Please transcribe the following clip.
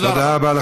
תודה רבה.